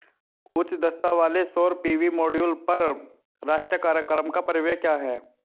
उच्च दक्षता वाले सौर पी.वी मॉड्यूल पर राष्ट्रीय कार्यक्रम का परिव्यय क्या है?